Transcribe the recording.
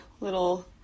little